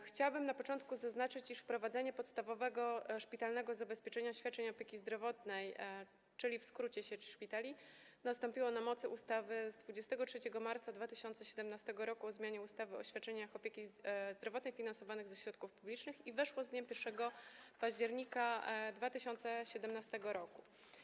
Chciałabym na początku zaznaczyć, iż wprowadzanie podstawowego szpitalnego zabezpieczenia świadczeń opieki zdrowotnej, czyli w skrócie: sieci szpitali, nastąpiło na mocy ustawy z dnia 23 marca 2017 r. o zmianie ustawy o świadczeniach opieki zdrowotnej finansowanych ze środków publicznych i weszło z dniem 1 października 2017 r.